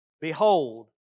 Behold